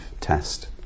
test